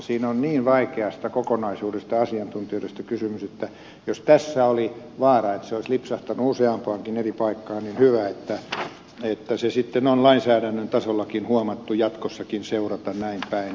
siinä on niin vaikeasta kokonaisuudesta asiantuntijuudesta kysymys että jos tässä oli vaara että se olisi lipsahtanut useampaankin eri paikkaan niin hyvä että se sitten on lainsäädännön tasollakin huomattu jatkossakin seurata näin päin